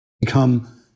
become